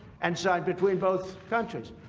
and so between both countries.